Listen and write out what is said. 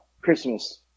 Christmas